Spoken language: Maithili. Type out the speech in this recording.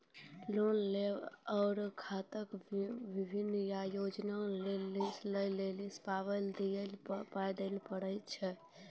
लोन आर खाताक विवरण या जानकारी लेबाक लेल पाय दिये पड़ै छै?